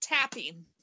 Tapping